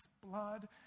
blood